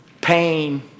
pain